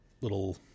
little